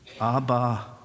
Abba